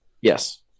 Yes